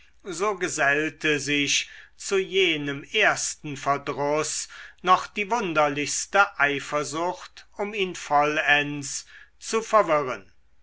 so gesellte sich zu jenem ersten verdruß noch die wunderlichste eifersucht um ihn vollends zu verwirren